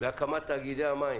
להקמת תאגידי המים